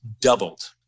doubled